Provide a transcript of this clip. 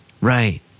Right